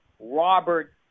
Robert